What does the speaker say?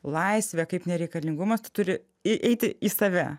laisvė kaip nereikalingumas tu turi įeiti į save